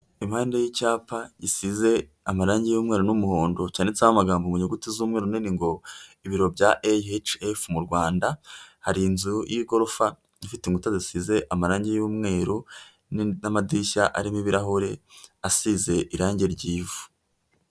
Impande y'icyapa gisize amarangi y'umwana n'umuhondo, cyanditseho amagambo mu nyuguti z'umweru runini ngo ibiro bya a AHF mu Rwanda, hari inzu y'igorofa ifite inkuta zisize amarangi y'umweru n'amadirishya arimo ibirahure asize irange ry'ivu.